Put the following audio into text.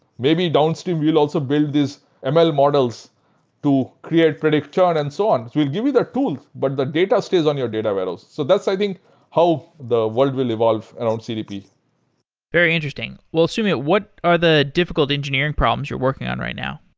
maybe downstream we'll also build these and ml models to create predict churn and so on. we'll give you the tools, but the data stays on your data warehouse. so that's i think how the world will evolve around and um cdp very interesting. well, soumya, what are the difficult engineering problems you're working on right now?